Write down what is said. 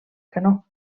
canó